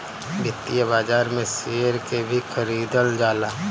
वित्तीय बाजार में शेयर के भी खरीदल जाला